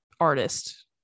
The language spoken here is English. artist